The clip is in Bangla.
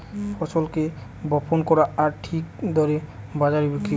ফসলকে বপন করা আর ঠিক দরে বাজারে বিক্রি করা